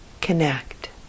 connect